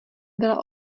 byla